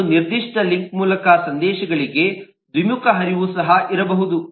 ಆದರೆ ನಿರ್ದಿಷ್ಟ ಲಿಂಕ್ ಮೂಲಕ ಸಂದೇಶಗಳಿಗೆ ದ್ವಿಮುಖ ಹರಿವು ಸಹ ಇರಬಹುದು